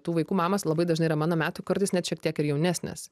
tų vaikų mamos labai dažnai yra mano metų kartais net šiek tiek ir jaunesnės